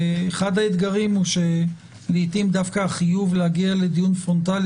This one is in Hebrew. אחד האתגרים הוא שלעתים דווקא החיוב להגיע לדיון פרונטלי